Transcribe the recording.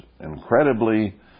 incredibly